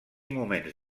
moments